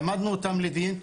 העמדנו אותם לדין,